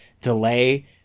delay